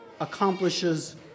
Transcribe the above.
accomplishes